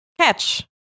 Catch